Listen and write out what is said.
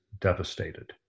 devastated